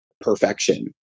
perfection